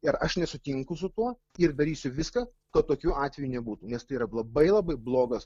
ir aš nesutinku su tuo ir darysiu viską kad tokių atvejų nebūtų nes tai yra labai labai blogas